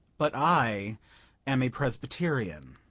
but i am a presbyterian.